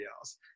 else